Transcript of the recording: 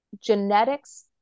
Genetics